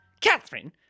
Catherine